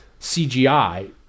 CGI